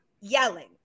yelling